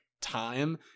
time